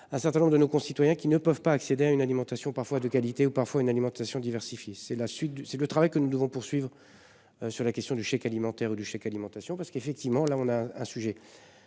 un certain nombre de nos concitoyens qui ne peuvent pas accéder à une alimentation parfois de qualité ou parfois une alimentation diversifiée. C'est la suite, c'est le travail que nous devons poursuivre. Sur la question du chèque alimentaire et du chèque alimentation parce qu'effectivement là on a un sujet.